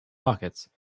pockets